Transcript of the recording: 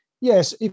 Yes